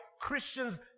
Christians